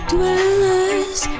Dwellers